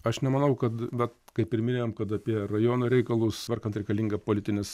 aš nemanau kad be kaip ir minėjom kad apie rajono reikalus tvarkant reikalinga politinis